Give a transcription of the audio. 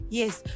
yes